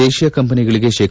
ದೇಶೀಯ ಕಂಪೆನಿಗಳಿಗೆ ಶೇ